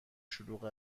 شلوغ